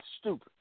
stupid